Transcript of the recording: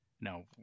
Now